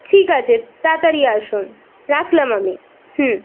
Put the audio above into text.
ঠিক আছে তাড়াতাড়ি আসুন রাখলাম আমি হুম